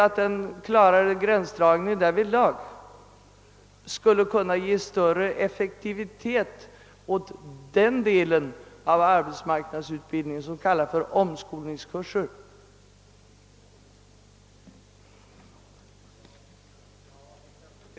En sådan klarare gränsdragning skulle kunna ge större effektivitet åt den del av arbetsmarknadsutbildningen som kallas för omskolningskurser.